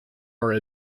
are